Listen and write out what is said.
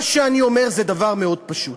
מה שאני אומר זה דבר מאוד פשוט: